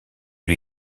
lui